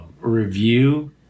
review